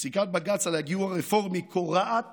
פסיקת בג"ץ על הגיור הרפורמי קורעת